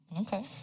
Okay